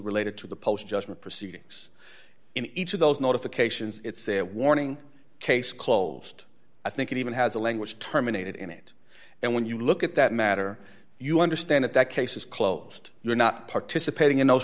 related to the post judgment proceedings in each of those notifications it's a warning case closed i think it even has a language terminated in it and when you look at that matter you understand it that case is closed you're not participating in those